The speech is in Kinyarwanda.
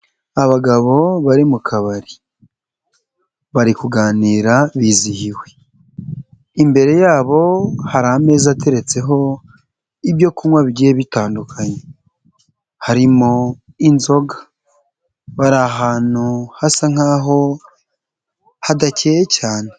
Abagabo bari mu kabari bari kuganira bizihiwe, imbere yabo hari ameza ateretseho ibyo kunywa bigiye bitandukanye harimo inzoga, bari ahantu hasa nk'aho hadakeye cyane.